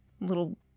little